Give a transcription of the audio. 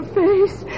face